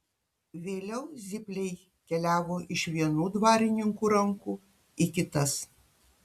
vėliau zypliai keliavo iš vienų dvarininkų rankų į kitas